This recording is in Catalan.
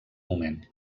moment